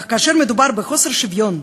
אך כאשר מדובר בחוסר שוויון,